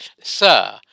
sir